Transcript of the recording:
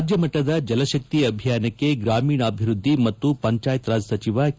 ರಾಜ್ಯಮಟ್ಟದ ಜಲಶಕ್ತಿ ಅಭಿಯಾನಕ್ಕೆ ಗ್ರಾಮೀಣಾಭಿವೃದ್ದಿ ಮತ್ತು ಪಂಚಾಯತ್ ರಾಜ್ ಸಚಿವ ಕೆ